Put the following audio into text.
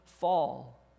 fall